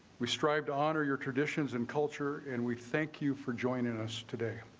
we strive to honor your traditions and culture. and we thank you for joining us today.